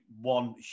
one